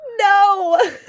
No